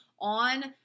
on